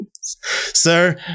Sir